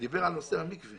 שדיבר על נושא המקווה